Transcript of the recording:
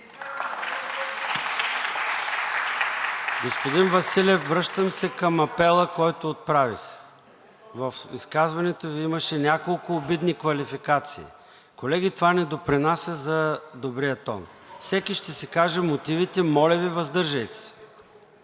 Господин Василев, връщам се към апела, който отправих. В изказването Ви имаше няколко обидни квалификации. Колеги, това не допринася за добрия тон! Всеки ще си каже мотивите. Моля Ви, въздържайте се!